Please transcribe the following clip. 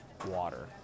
Water